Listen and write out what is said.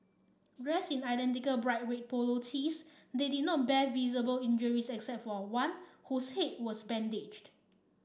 dressed in identical bright red polo tees they did not bear visible injuries except for one whose head was bandaged